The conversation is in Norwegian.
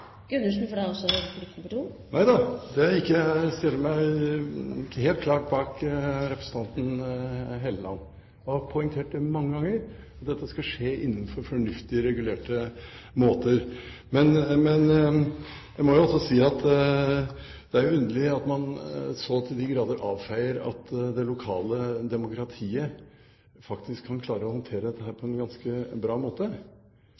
Nei da, det er jeg ikke. Jeg stiller meg helt klart bak representanten Hofstad Helleland. Jeg har poengtert mange ganger at det skal skje innenfor fornuftige, regulerte måter. Men jeg må også si at det er underlig at man så til de grader avfeier at det lokale demokratiet faktisk kan klare å håndtere dette på en ganske bra måte.